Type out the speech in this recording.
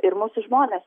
ir mūsų žmonės